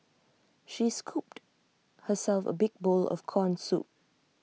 she scooped herself A big bowl of Corn Soup